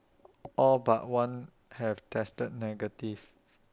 all but one have tested negative